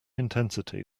intensity